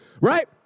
Right